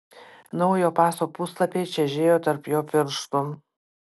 naujo paso puslapiai čežėjo tarp jo pirštų